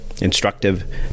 instructive